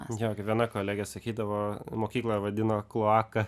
jo gi viena kolegė sakydavo mokyklą vadino kloaka